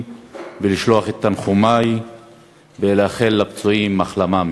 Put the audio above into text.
ולשלוח את תנחומי ולאחל לפצועים החלמה מהירה.